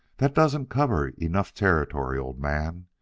that doesn't cover enough territory, old man.